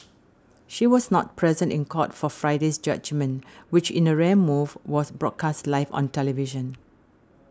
she was not present in court for Friday's judgement which in a rare move was broadcast live on television